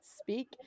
speak